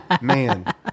Man